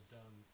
done